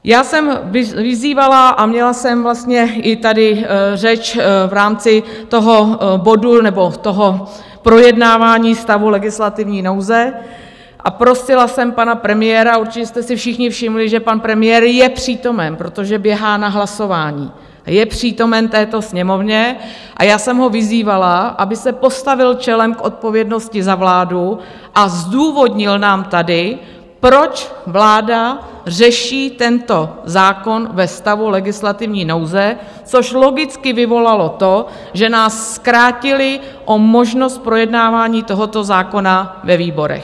Já jsem vyzývala a měla jsem vlastně i tady řeč v rámci toho projednávání ve stavu legislativní nouze a prosila jsem pana premiéra, určitě jste si všichni všimli, že pan premiér je přítomen, protože běhá na hlasování, je přítomen v této Sněmovně, a já jsem ho vyzývala, aby se postavil čelem k odpovědnosti za vládu a zdůvodnil nám tady, proč vláda řeší tento zákon ve stavu legislativní nouze, což logicky vyvolalo to, že nás zkrátili o možnost projednávání tohoto zákona ve výborech.